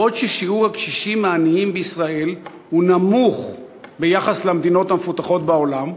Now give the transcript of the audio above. בעוד שיעור הקשישים העניים בישראל נמוך ביחס למדינות המפותחות בעולם,